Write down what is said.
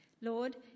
Lord